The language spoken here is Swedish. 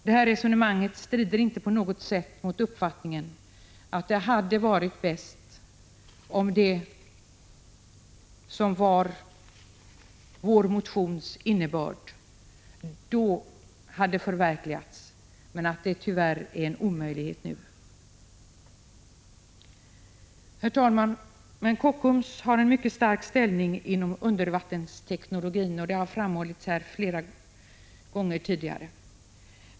Detta resonemang strider inte på något sätt mot uppfattningen att det hade varit bäst, om det som var vår motions innebörd då hade förverkligats men att det tyvärr är en omöjlighet nu. Herr talman! Men Kockums har en mycket stark ställning inom undervattensteknologin. Det har framhållits här flera gånger tidigare.